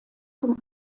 zum